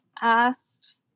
asked